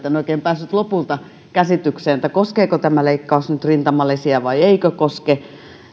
että en oikein päässyt lopulta käsitykseen koskeeko tämä leikkaus nyt rintamalisiä vai eikö koske